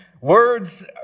Words